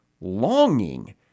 longing